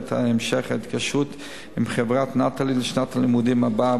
את המשך ההתקשרות עם חברת "נטלי" בשנת הלימודים הבאה,